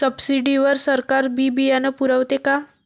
Subsidy वर सरकार बी बियानं पुरवते का?